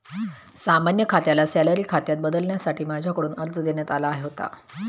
सामान्य खात्याला सॅलरी खात्यात बदलण्यासाठी माझ्याकडून अर्ज देण्यात आला होता